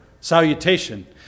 salutation